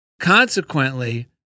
Consequently